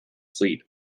fleet